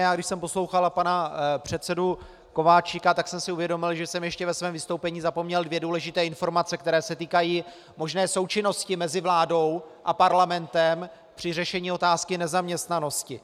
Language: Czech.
Když jsem poslouchal pana předsedu Kováčika, tak jsem si uvědomil, že jsem ještě ve svém vystoupení zapomněl dvě důležité informace, které se týkají možné součinnosti mezi vládou a parlamentem při řešení otázky nezaměstnanosti.